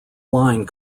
line